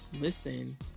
listen